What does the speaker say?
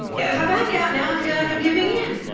if i back out now, i'll feel like i'm giving in.